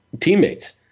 teammates